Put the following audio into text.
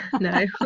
No